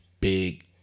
big